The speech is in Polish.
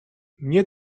mnie